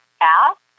Ask